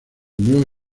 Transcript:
nueva